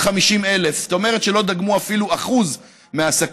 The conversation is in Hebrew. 550,000. זאת אומרת שלא דגמו אפילו 1% מהעסקים,